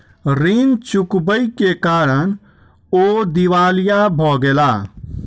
ऋण चुकबै के कारण ओ दिवालिया भ गेला